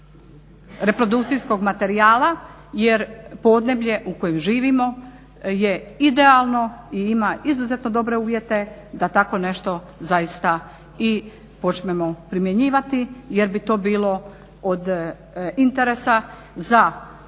reprodukcijskog materijala jer podneblje u kojem živimo je idealno i ima izuzetno dobre uvjete da tako nešto zaista i počnemo primjenjivati jer bi to bilo od interesa za dobro,